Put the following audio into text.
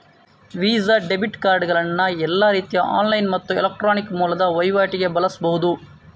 visa debit ಕಾರ್ಡುಗಳನ್ನ ಎಲ್ಲಾ ರೀತಿಯ ಆನ್ಲೈನ್ ಮತ್ತು ಎಲೆಕ್ಟ್ರಾನಿಕ್ ಮೂಲದ ವೈವಾಟಿಗೆ ಬಳಸ್ಬಹುದು